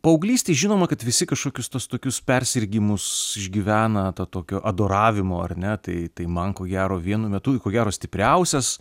paauglystėj žinoma kad visi kažkokius tuos tokius persirgimus išgyvena tą tokio adoravimo ar ne tai tai man ko gero vienu metu ko gero stipriausias